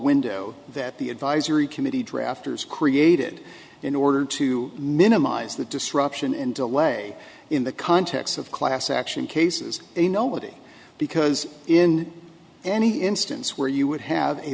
window that the advisory committee drafters created in order to minimize the disruption and delay in the context of class action cases a nobody because in any instance where you would have a